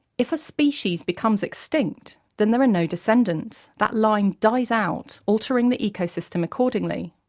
if a species becomes extinct then there are no descendants, that line dies out, altering the ecosystem accordingly.